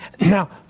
Now